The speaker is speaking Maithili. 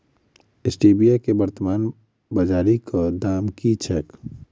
स्टीबिया केँ वर्तमान बाजारीक दाम की छैक?